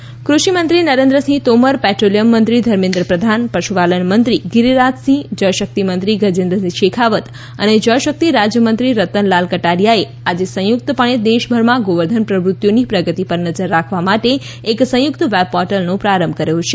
Govardhan portal કૃષિ મંત્રી નરેન્દ્રસિંહ તોમર પેટ્રોલિયમમંત્રી ધર્મેન્દ્ર પ્રધાન પશુપાલન મંત્રી ગિરિરાજસિંહ જળશક્તિ મંત્રી ગજેન્દ્રસિંહ શેખાવત અને જલ શક્તિ રાજ્યમંત્રી રતન લાલ કટારિયાએ આજે સંયુક્તપણે દેશભરમાં ગોવર્ધન પ્રવૃત્તિઓની પ્રગતિ પર નજર રાખવા માટે એક સંયુક્ત વેબ પોર્ટલનો પ્રારંભ કર્યો છે